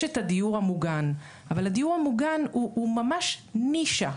יש את הדיור המוגן, אבל הדיור המוגן הוא ממש נישה.